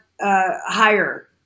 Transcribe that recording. higher